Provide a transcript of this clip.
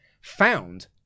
found